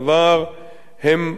הם במקומם